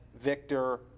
Victor